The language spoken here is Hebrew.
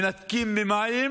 מנתקים ממים